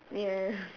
ya